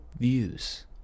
views